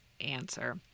answer